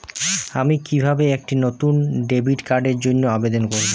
আমি কিভাবে একটি নতুন ডেবিট কার্ডের জন্য আবেদন করব?